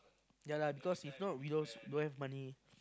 ya lah because if not we lost don't have money